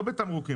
לא בתמרוקים,